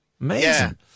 Amazing